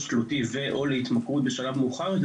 תלותי ו/או להתמכרות בשלב מאוחר יותר,